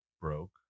broke